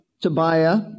Tobiah